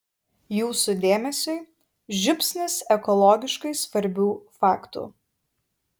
jūsų dėmesiui žiupsnis ekologiškai svarbių faktų